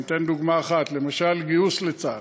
אני אתן דוגמה אחת: למשל גיוס לצה"ל,